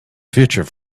future